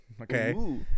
okay